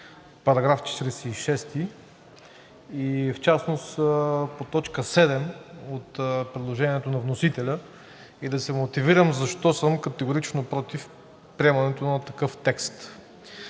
по § 46, в частност по т. 7 от предложението на вносителя, и да се мотивирам защо съм категорично против приемането на такъв текст.